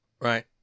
Right